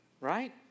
right